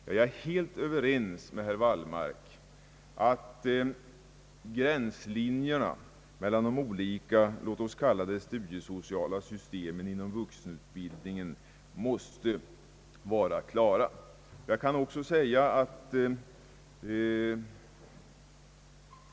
Ja, jag är helt överens med herr Wallmark om att gränslinjerna måste vara klara mellan de olika, låt oss kalla det, studiesociala systemen inom vuxenutbildningen.